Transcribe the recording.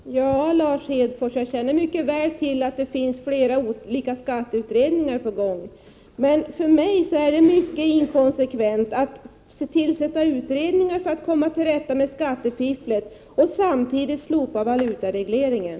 Herr talman! Ja, Lars Hedfors, jag känner mycket väl till att det finns flera olika skatteutredningar på gång. Men för mig är det mycket inkonsekvent att man tillsätter utredningar för att komma till rätta med skattefifflet och samtidigt slopar valutaregleringen.